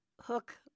hook